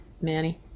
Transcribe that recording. Manny